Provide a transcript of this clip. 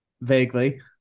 Vaguely